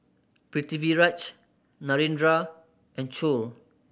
Pritiviraj Narendra and Choor